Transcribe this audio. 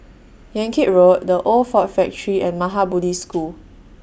Yan Kit Road The Old Ford Factory and Maha Bodhi School